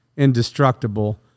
indestructible